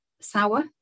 sour